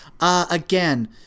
Again